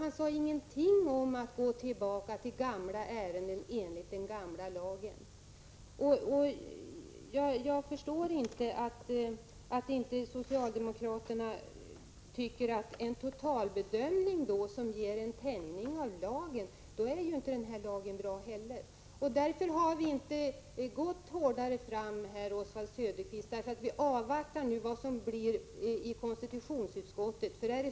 Han sade ingenting om att gå tillbaka till gamla ärenden enligt den gamla lagen. Jag förstår inte att inte socialdemokraterna tycker att om det görs en total bedömning som innebär en tänjning av lagen, så är inte den här lagen heller bra. Därför har vi inte gått hårdare fram, Oswald Söderqvist. Vi avvaktar nu vad som händer i konstitutionsutskottet.